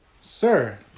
Sir